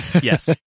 Yes